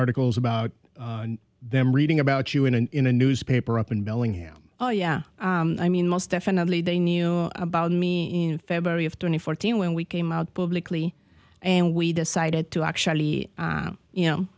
articles about them reading about you in an in a newspaper up in bellingham oh yeah i mean most definitely they knew about me in february of twenty fourteen when we came out publicly and we decided to actually you know